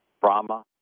Brahma